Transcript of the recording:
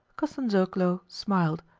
kostanzhoglo smiled,